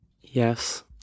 Yes